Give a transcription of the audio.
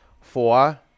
Four